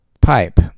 pipe